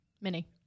mini